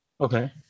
Okay